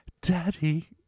Daddy